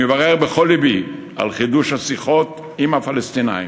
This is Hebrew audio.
אני מברך בכל לבי על חידוש השיחות עם הפלסטינים.